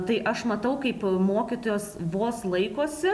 tai aš matau kaip mokytojos vos laikosi